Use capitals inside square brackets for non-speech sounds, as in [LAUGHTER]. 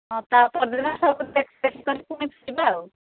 ହଁ ତା'ପର ଦିନ ସବୁ [UNINTELLIGIBLE] କରି ପୁଣି ଫେରିବା ଆଉ